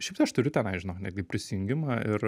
šiaip tai aš turiu tenai žinok netgi prisijungimą ir